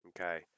Okay